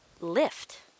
lift